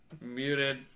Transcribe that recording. Muted